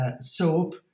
soap